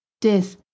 death